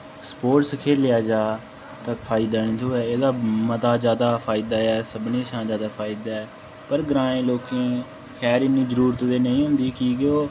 sports खेढेआ जा तां फायदा निं थ्होऐ एह्दा मता जैदा फायदा एह् ऐ सभनें शा जैदा फायदा ऐ पर ग्रांऽ दे लोकें खैर इन्नी जरुरत ते नेईं होंदी की जे ओह्